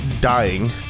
Dying